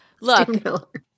Look